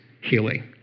healing